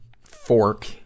fork